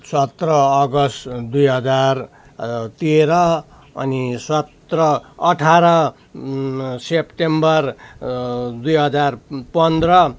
सत्र अगस्त दुई हजार तेह्र अनि सत्र अठार सेप्टेम्बर दुई हजार पन्ध्र